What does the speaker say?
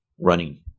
running